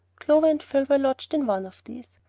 clover and phil were lodged in one of these.